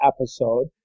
episode